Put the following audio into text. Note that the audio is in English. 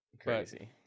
crazy